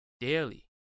daily